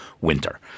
winter